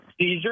Seizure